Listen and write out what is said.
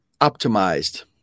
optimized